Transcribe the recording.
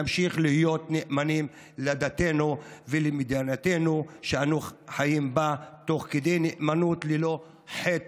נמשיך להיות נאמנים לדתנו ולמדינתנו שאנו חיים בה תוך כדי נאמנות ללא חת